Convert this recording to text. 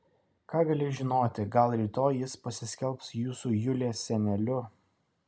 ką gali žinoti gal rytoj jis pasiskelbs jūsų julės seneliu